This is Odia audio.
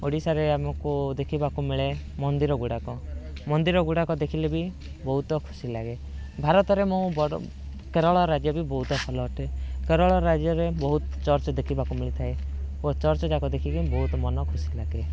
ଓଡ଼ିଶାରେ ଆମକୁ ଦେଖିବାକୁ ମିଳେ ମନ୍ଦିର ଗୁଡ଼ାକ ମନ୍ଦିର ଗୁଡ଼ାକ ଦେଖିଲେ ବି ବହୁତ ଖୁସି ଲାଗେ ଭାରତରେ ମୁଁ ବଡ଼ କେରଳ ରାଜ୍ୟ ବି ବହୁତ ଭଲ ଅଟେ କେରଳ ରାଜ୍ୟରେ ବହୁତ ଚର୍ଚ୍ଚ ଦେଖିବାକୁ ମିଳି ଥାଏ ଓ ଚର୍ଚ୍ଚ ଯାକ ଦେଖିକି ବହୁତ ମନ ଖୁସି ଲାଗେ